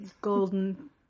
golden